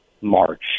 March